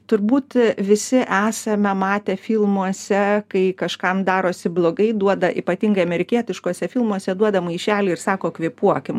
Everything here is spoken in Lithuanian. turbūt visi esame matę filmuose kai kažkam darosi blogai duoda ypatingai amerikietiškuose filmuose duoda maišelį ir sako kvėpuokim